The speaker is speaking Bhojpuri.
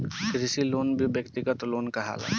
कृषि लोन भी व्यक्तिगत लोन कहाला